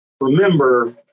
remember